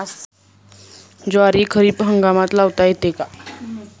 ज्वारी खरीप हंगामात लावता येते का?